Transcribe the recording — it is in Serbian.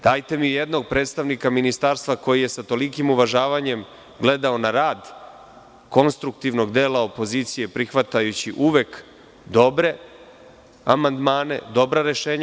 Dajte mi jednog predstavnika ministarstva koji je sa tolikim uvažavanjem gledao na rad konstruktivnog dela opozicije, prihvatajući uvek dobre amandmane, dobra rešenja.